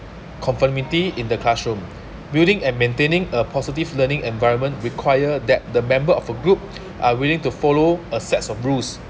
conformity in the classroom building and maintaining a positive learning environment require that the member of a group are willing to follow a sets of rules